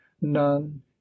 none